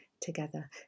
together